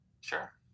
Sure